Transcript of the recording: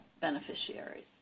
beneficiaries